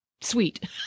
sweet